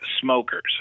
smokers